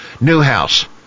Newhouse